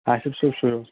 آصِف صٲب چھُو حظ